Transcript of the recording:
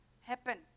happen